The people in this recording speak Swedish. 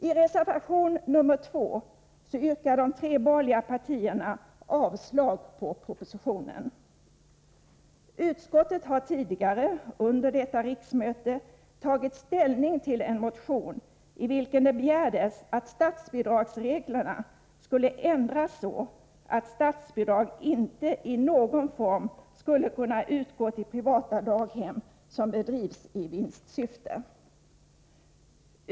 I reservation nr 2 yrkar de tre borgerliga partierna avslag på propositionen. Utskottet har tidigare under detta riksmöte tagit ställning till en motion i vilken det begärdes att statsbidragsreglerna skulle ändras så att statsbidrag inte i någon form skulle kunna utgå till privata daghem som bedrivs i vinstsyfte.